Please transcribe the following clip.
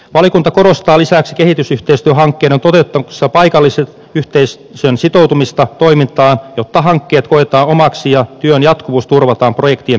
valiokunta korostaa lisäksi kehitysyhteistyöhankkeiden toteuttamisessa paikallisen yhteistyön sitoutumista toimintaan jotta hankkeet koetaan omiksi ja työn jatkuvuus turvataan projektien päätyttyä